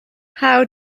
how